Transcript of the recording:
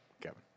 Kevin